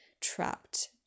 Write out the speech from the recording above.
trapped